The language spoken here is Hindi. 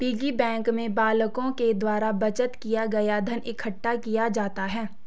पिग्गी बैंक में बालकों के द्वारा बचत किया गया धन इकट्ठा किया जाता है